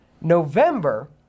November